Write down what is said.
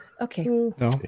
okay